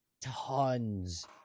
tons